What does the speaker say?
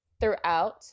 Throughout